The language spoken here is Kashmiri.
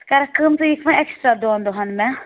ژٕ کَرَکھ کٲم ژٕ یِکھ وۄنۍ اٮ۪کٕسٹرٛا دۄن دۄہَن مےٚ